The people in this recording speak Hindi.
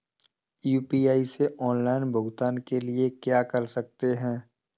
यू.पी.आई से ऑफलाइन भुगतान के लिए क्या कर सकते हैं?